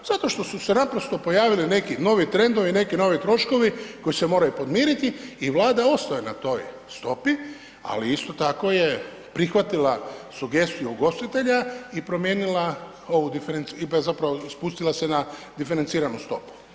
Zato što su se naprosto pojavili neki novi trendovi, neki novi troškovi koji se moraju podmiriti i Vlada ostaje na toj stopi, ali isto tako je prihvatila sugestiju ugostitelja i promijenila ovu, zapravo spustila se na diferenciranu stopu.